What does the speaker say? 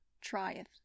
trieth